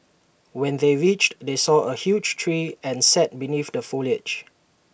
when they reached they saw A huge tree and sat beneath the foliage